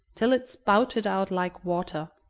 till it spouted out like water,